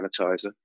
sanitizer